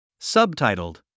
Subtitled